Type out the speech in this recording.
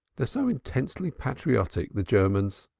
they are so intensely patriotic, the germans.